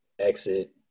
exit